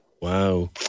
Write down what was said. Wow